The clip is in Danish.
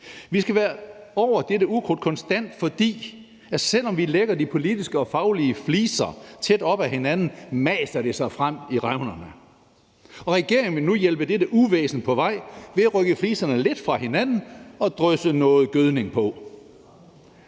Vi skal være over dette ukrudt konstant, for selv om vi lægger de politiske og faglige fliser tæt op ad hinanden, maser det sig frem i revnerne, og regeringen vil nu hjælpe dette uvæsen på vej ved at rykke fliserne lidt fra hinanden og drysse noget gødning på.